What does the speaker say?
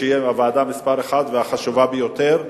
שהיא הוועדה מספר אחת והחשובה ביותר,